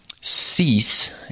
cease